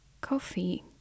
coffee